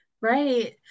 right